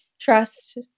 trust